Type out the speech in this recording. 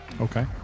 okay